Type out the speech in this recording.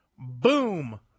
Boom